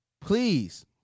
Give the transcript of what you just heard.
please